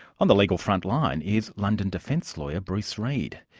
on the legal front line is london defence lawyer bruce reid.